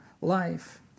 life